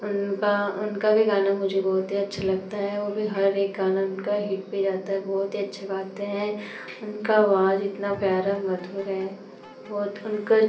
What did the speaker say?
उनका उनका भी गाना मुझे बहुत ही अच्छा लगता है वह भी हर एक गाना उनका हिट पर जाता है बहुत ही अच्छा गाते हैं उनकी आवाज़ इतनी प्यारी मधुर है बहुत उनका